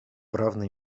равной